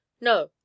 No